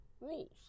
Rules